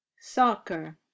Soccer